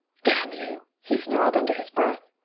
damn you! he snarled under his breath.